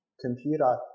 computer